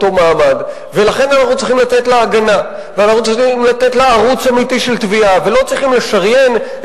ולתת לה אפשרות לפרוס אנטנות איפה שיתחשק לה רק כדי להגביר את